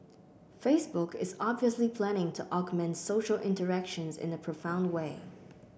Facebook is obviously planning to augment social interactions in a profound way